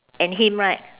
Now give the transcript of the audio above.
and him right